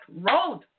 road